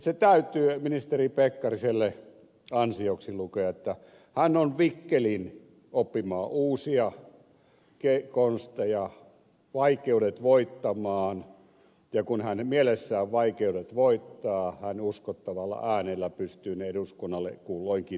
se täytyy ministeri pekkarisen ansioksi lukea että hän on vikkelin oppimaan uusia konsteja vaikeudet voittamaan ja kun hän mielessään vaikeudet voittaa hän uskottavalla äänellä pystyy ne eduskunnalle kulloinkin esittelemään